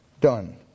done